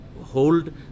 hold